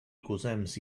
equals